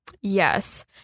Yes